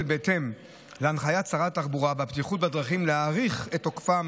בהתאם להנחיית שרת התחבורה והבטיחות בדרכים להאריך את תוקפם